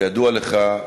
כידוע לך,